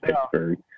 Pittsburgh